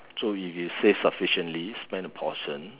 so if you save sufficiently spend a portion